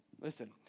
Listen